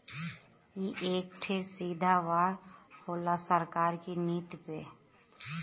ई एक ठे सीधा वार होला सरकार की नीति पे